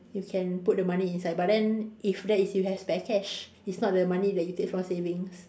you can put the money inside but then that is if you have spare cash it's not they money that you take from savings